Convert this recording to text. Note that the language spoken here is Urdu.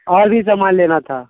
اور بھی سامان لینا تھا